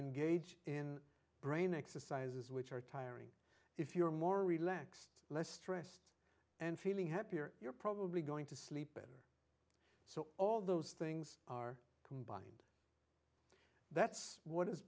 engage in brain exercises which are tiring if you're more relaxed less stressed and feeling happier you're probably going to sleep better so all those things are combined that's what is